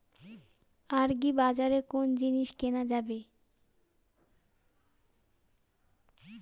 আগ্রিবাজারে কোন জিনিস কেনা যাবে?